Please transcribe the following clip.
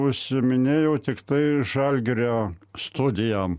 užsiiminėjau tiktai žalgirio studijom